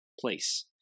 place